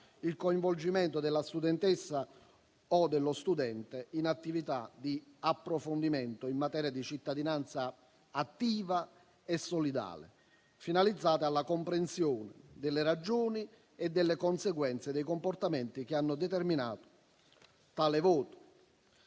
il coinvolgimento della studentessa o dello studente in attività di approfondimento in materia di cittadinanza attiva e solidale, finalizzata alla comprensione delle ragioni e delle conseguenze dei comportamenti che hanno determinato tale voto.